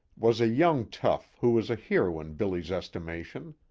was a young tough who was a hero in billy's estimation.